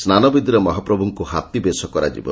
ସ୍ନାନବେଦୀରେ ମହାପ୍ରଭୁଙ୍କୁ ହାତୀବେଶ କରାଯିବ